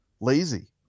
lazy